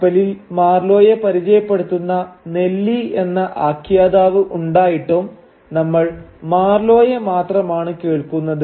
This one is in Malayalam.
കപ്പലിൽ മാർലോയെ പരിചയപ്പെടുത്തുന്ന നെല്ലി എന്ന ആഖ്യാതാവ് ഉണ്ടായിട്ടും നമ്മൾ മാർലോയെ മാത്രമാണ് കേൾക്കുന്നത്